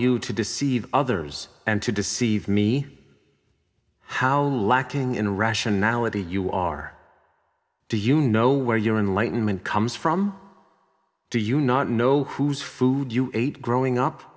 you to deceive others and to deceive me how lacking in irrationality you are do you know where your in light in man comes from do you not know whose food you ate growing up